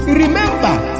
remember